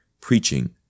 preaching